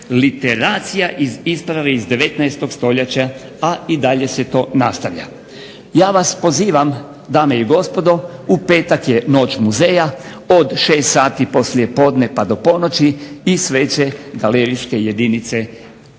transliteracija iz isprave iz 19. Stoljeća a i dalje se to nastavlja. Ja vas pozivam, dame i gospodo, u petak je "Noć muzeja" od 6 sati poslije podne pa do ponoći i sve će galerijske jedinice,